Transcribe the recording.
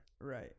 Right